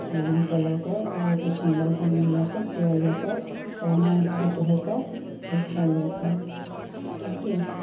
एहिमेके लऽ के किछु बरतनमे लऽ के खियाल जेतै एकरा मोन ठीक होतै तब खायल जेतै बुझलियै